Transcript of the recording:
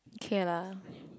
kay lah